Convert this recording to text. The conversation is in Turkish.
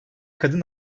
kadın